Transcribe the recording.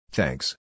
Thanks